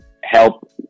help